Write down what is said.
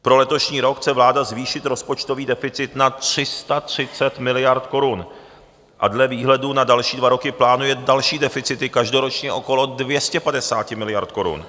Pro letošní rok chce vláda zvýšit rozpočtový deficit na 330 miliard korun a dle výhledu na další dva roky plánuje další deficity každoročně okolo 250 miliard korun.